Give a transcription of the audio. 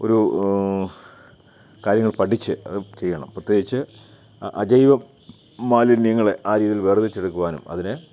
ഒരു കാര്യങ്ങൾ പഠിച്ച് അതു ചെയ്യണം പ്രത്യേകിച്ച് അജൈവ മാലിന്യങ്ങളെ ആ രീതിയിൽ വേർതിരിച്ചെടുക്കുവാനും അതിനെ